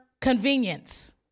convenience